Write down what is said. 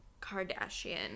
kardashian